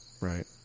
Right